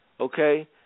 okay